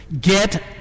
get